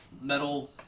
metal